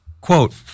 Quote